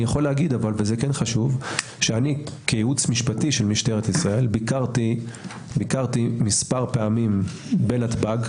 אבל אני כייעוץ משפטי של משטרת ישראל ביקרתי מספר פעמים בנתב"ג,